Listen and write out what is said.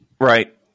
Right